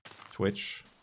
Twitch